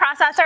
processor